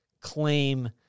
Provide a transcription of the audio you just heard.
claim